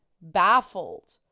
baffled